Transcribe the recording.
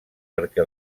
perquè